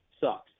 sucks